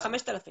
5,000 שקלים.